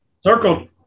Circle